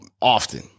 often